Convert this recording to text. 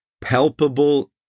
palpable